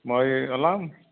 মই ওলাম